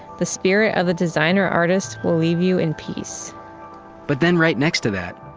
the spirit of the designer artist will leave you in peace but then right next to that.